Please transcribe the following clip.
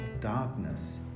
darkness